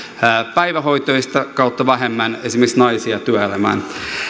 päivähoitoon ja sitä kautta vähemmän esimerkiksi naisia työelämään